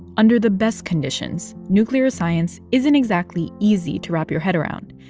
under the best conditions, nuclear science isn't exactly easy to wrap your head around.